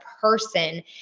person